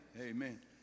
Amen